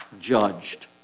judged